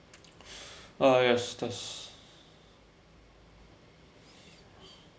uh yes that's